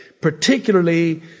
particularly